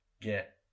get